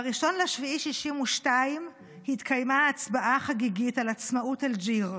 ב-1 ביולי 1962 התקיימה הצבעה חגיגית על עצמאות אלג'יר.